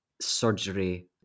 surgery